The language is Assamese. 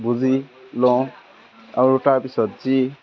বুজি লওঁ আৰু তাৰপিছত যি